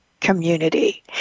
community